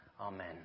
Amen